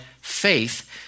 faith